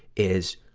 is